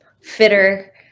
fitter